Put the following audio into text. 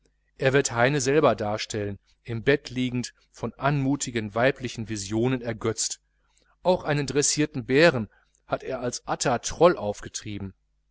er wird heine selber darstellen im bett liegend von anmutigen weiblichen visionen ergötzt auch einen dressierten bären hat er als atta troll aufgetrieben